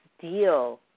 deal